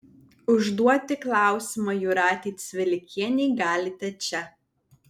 užduoti klausimą jūratei cvilikienei galite čia